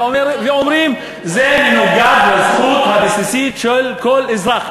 ואומרים: זה מנוגד לזכות הבסיסית של כל אזרח.